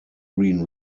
green